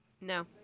No